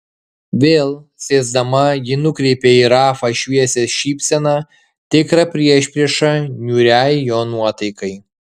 vėl sėsdama ji nukreipė į rafą šviesią šypseną tikrą priešpriešą niūriai jo nuotaikai